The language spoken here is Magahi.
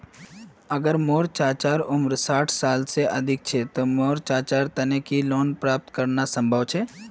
अगर मोर चाचा उम्र साठ साल से अधिक छे ते कि मोर चाचार तने ऋण प्राप्त करना संभव छे?